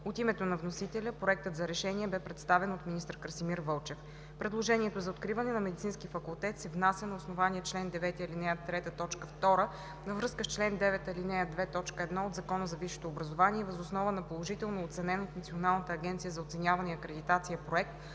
От името на вносителя Проектът за решение бе представен от министър Красимир Вълчев. Предложението за откриване на Медицински факултет се внася на основание чл. 9, ал. 3, т. 2, във връзка с чл. 9, ал. 2, т. 1 от Закона за висшето образование и въз основа на положително оценен от Националната агенция за оценяване и акредитация проект,